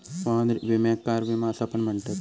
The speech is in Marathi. वाहन विम्याक कार विमा असा पण म्हणतत